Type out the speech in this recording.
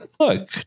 look